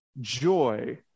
joy